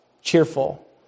cheerful